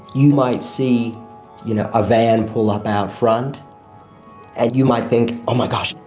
you might see you know a van pull up out front and you might think, oh my gosh.